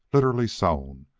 literally sown,